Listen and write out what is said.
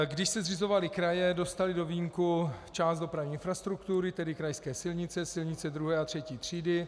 Když se zřizovaly kraje, dostaly do vínku část dopravní infrastruktury, tedy krajské silnice, silnice druhé a třetí třídy.